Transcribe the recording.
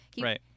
Right